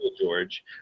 George